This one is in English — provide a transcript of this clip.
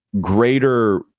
greater